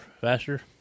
faster